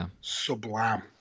sublime